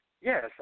Yes